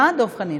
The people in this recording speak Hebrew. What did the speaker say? מה, דב חנין?